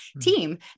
team